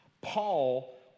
Paul